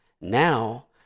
now